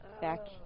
back